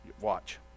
watch